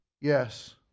Yes